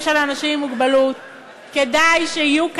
של אנשים עם מוגבלות כדאי שיהיו כאלה,